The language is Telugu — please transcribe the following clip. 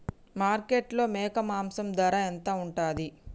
మార్కెట్లో మేక మాంసం ధర ఎంత ఉంటది?